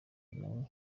nawe